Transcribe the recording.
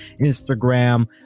Instagram